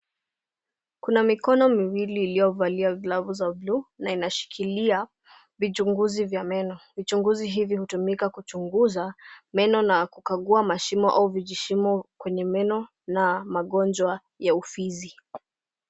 Kuna mikono miwili iliyovalia glavu za bluu na inashikilia vichunguzi vya meno. Vichunguzi hivyo hutumika kuchunguza meno na kukagua mashimo au vijishimo kwenye meno na magonjwa ya ufizi.